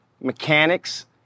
mechanics